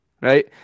right